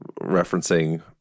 referencing